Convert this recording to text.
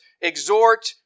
exhort